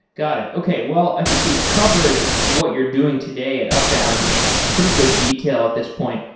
got it. okay. well, i think we've covered what you're doing today at upbound in pretty good detail at this point.